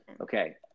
Okay